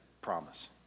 promise